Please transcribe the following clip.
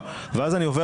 הוא עבר קטיעה ב-1967,